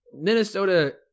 Minnesota